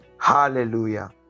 Hallelujah